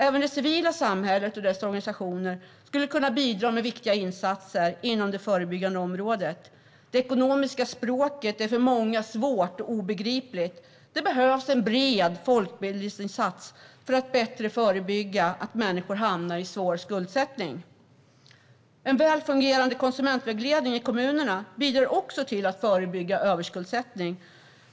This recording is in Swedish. Även det civila samhället och dess organisationer skulle kunna bidra med viktiga insatser inom det förebyggande området. Det ekonomiska språket är för många svårt och obegripligt. Det behövs en bred folkbildningsinsats för att bättre förebygga att människor hamnar i svår skuldsättning. En väl fungerande konsumentvägledning i kommunerna bidrar också till att förebygga överskuldsättning.